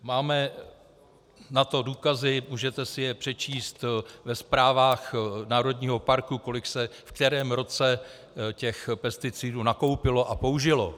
Máme na to důkazy, můžete si je přečíst ve zprávách národního parku, kolik se v kterém roce těch pesticidů nakoupilo a použilo.